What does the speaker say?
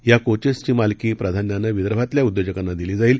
या कोचस्त्री मालकी प्राधान्यानं विदर्भातल्या उद्योजकांना दिली जाईल